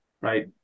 right